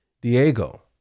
Diego